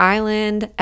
Island